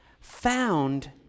found